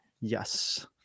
yes